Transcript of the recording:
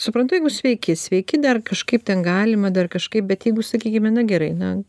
suprantu jeigu sveiki sveiki dar kažkaip ten galima dar kažkaip bet jeigu sakykime na gerai na